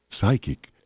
psychic